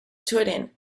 turin